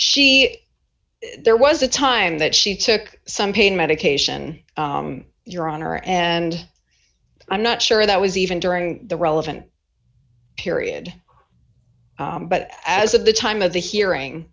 she there was a time that she took some pain medication your honor and i'm not sure that was even during the relevant period but as of the time of the hearing